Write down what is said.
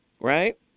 right